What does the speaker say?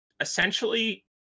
essentially